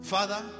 Father